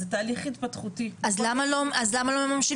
אני לא יודעת עד כמה אנחנו יודעים